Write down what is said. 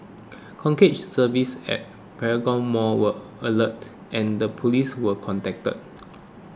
services at Paragon mall were alerted and the police were contacted